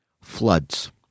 Floods